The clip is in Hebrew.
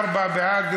ארבעה בעד,